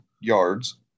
yards